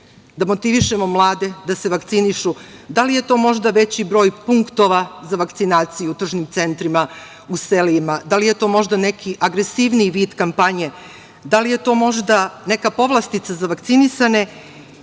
da motivišemo mlade da se vakcinišu? Da li je to možda veći broj punktova za vakcinaciju u tržnim centrima, u selima? Da li je to možda neki agresivniji vid kampanje? Da li je to možda neka povlastica za vakcinisane